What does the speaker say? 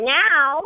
now